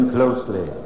Closely